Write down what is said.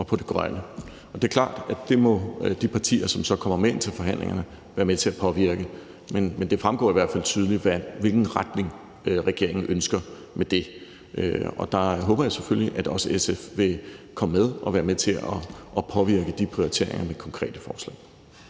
Det er klart, at det må de partier, som så kommer med ind til forhandlingerne, være med til at påvirke. Men det fremgår i hvert fald tydeligt, i hvilken retning regeringen ønsker at gå med det, og der håber jeg selvfølgelig, at også SF vil komme med ind og være med til at påvirke de prioriteringer med konkrete forslag.